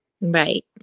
Right